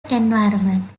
environment